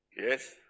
Yes